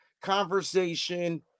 conversation